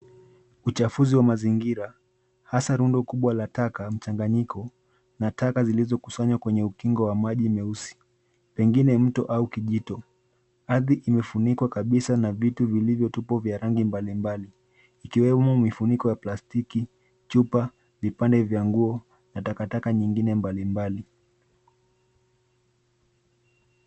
Uchafuzi wa mazingira, hasa rundo kubwa la taka mchanganyiko, na taka zilizokusanywa kwenye ukingo wa maji meusi, pengine mto au kijito. Ardhi imefunikwa kabisa na vitu vilivyotupwa vya rangi mbali mbali, ikiwemo, mifuniko ya plastiki, chupa, vipande vya nguo, na takataka nyingine mbali mbali.